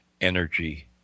energy